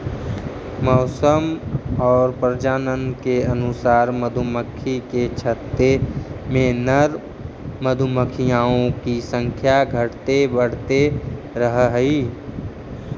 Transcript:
मौसम और प्रजनन के अनुसार मधुमक्खी के छत्ते में नर मधुमक्खियों की संख्या घटते बढ़ते रहअ हई